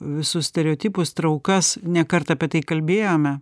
visus stereotipus traukas ne kartą apie tai kalbėjome